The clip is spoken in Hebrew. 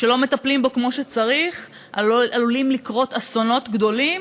כשלא מטפלים בו כמו שצריך עלולים לקרות אסונות גדולים,